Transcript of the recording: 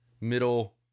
middle